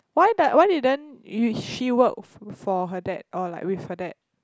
why da~ why didn't y~ she work for for her dad or like with her dad